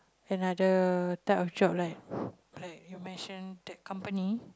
another type of job like like you mention that company